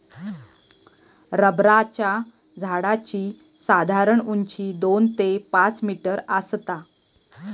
रबराच्या झाडाची साधारण उंची दोन ते पाच मीटर आसता